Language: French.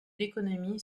l’économie